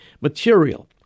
material